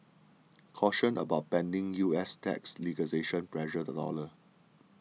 caution about pending U S tax legislation pressured the dollar